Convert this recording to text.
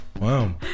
Wow